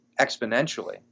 exponentially